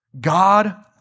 God